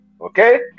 Okay